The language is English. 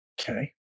Okay